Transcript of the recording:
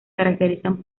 caracterizan